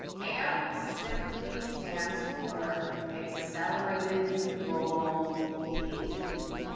amp simply stands for accelerated mobile pages.